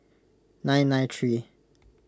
nine nine three